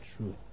truth